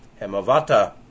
Hemavata